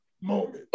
moment